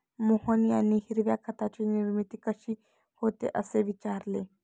मोहन यांनी हिरव्या खताची निर्मिती कशी होते, असे विचारले